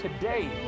today